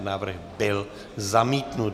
Návrh byl zamítnut.